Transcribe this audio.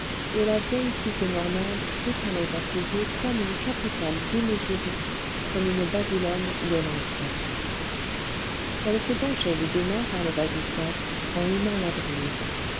et la vieille cité normande s'étalait à ses yeux comme une capitale démesurée comme une babylone où elle entrait elle se penchait des deux mains par le vasistas en humant la brise